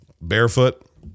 Barefoot